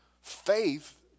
faith